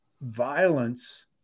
violence